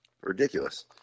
ridiculous